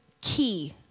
key